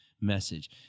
message